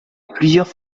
plusieurs